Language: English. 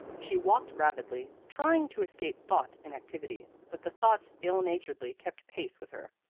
she walked rapidly, trying to escape thought in activity but the thoughts ill-naturedly kept pace with her.